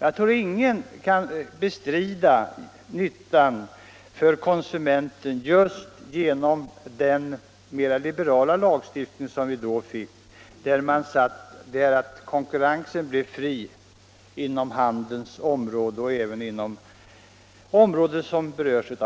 Jag tror ingen kan bestrida nyttan för konsumenten av den mera liberala lagstiftning som vi då fick genom att konkurrensen blev fri inom handelsområdet. en kraftig skärpning